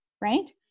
right